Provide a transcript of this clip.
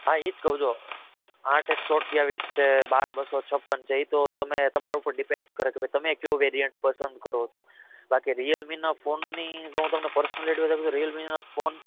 હા ઈજ કહું જો આઠ એકસો અઠયાવીસ છે બાર બસો છપ્પન છે ઈતો તમે તમારા ઉપર ડિપેન્ડ કરે કે તમે કેવો વેરિયન્ટ પસંદ કરો છો બાકી રિયલ મી ના ફોનની જો હું તમને પર્સનલી એડવાઈસ આપું તો રિયલ મીના ફોન